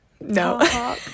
no